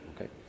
Okay